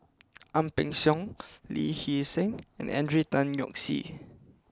Ang Peng Siong Lee Hee Seng and Henry Tan Yoke See